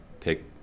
pick